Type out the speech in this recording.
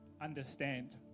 understand